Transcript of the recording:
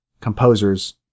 composers